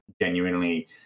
genuinely